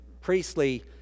priestly